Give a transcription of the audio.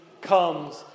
comes